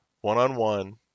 one-on-one